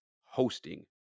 hosting